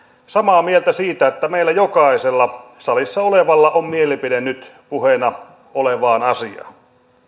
samaa mieltä siitä että meillä jokaisella salissa olevalla on mielipide nyt puheena olevaan asiaan